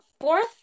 fourth